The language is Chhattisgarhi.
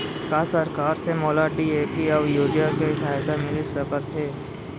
का सरकार से मोला डी.ए.पी अऊ यूरिया के सहायता मिलिस सकत हे?